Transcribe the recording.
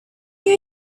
lot